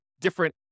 different